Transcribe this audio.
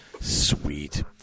Sweet